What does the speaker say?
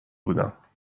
بودم